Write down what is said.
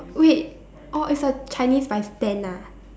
wait oh it's a Chinese by stand ah